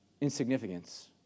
insignificance